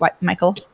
Michael